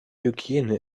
hygiene